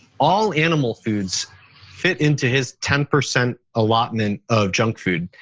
all animal foods fit into his ten percent allotment of junk food.